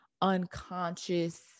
unconscious